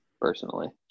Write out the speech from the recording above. personally